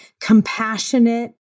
compassionate